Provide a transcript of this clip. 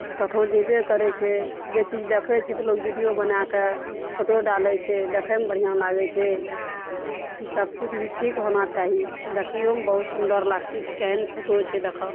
कतहो जेबय करय छै जे चीज देखय छै तऽ लोग वीडियो बनाकऽ फोटो डालय छै देखयमे बढ़िआँ लागय छै की सबकिछु भी ठीक होना चाही देखइयोमे बहुत सुन्दर लागतइ कि केहेन फोटो छै देखऽ